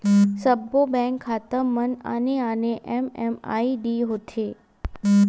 सब्बो बेंक खाता म आने आने एम.एम.आई.डी होथे